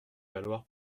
valoir